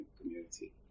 community